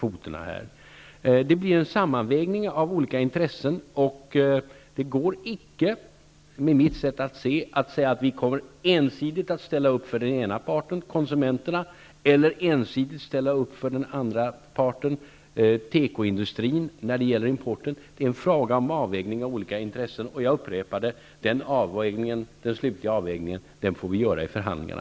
Det blir en sammanvägning av olika intressen. Som jag ser saken går det icke att säga att vi ensidigt kommer att ställa upp för den ena parten, konsumenterna, eller för den andra parten, tekoindustrin, när det gäller importen. Det är fråga om en avvägning mellan olika intressen. Jag upprepar att vi får göra den slutliga avvägningen i samband med förhandlingarna.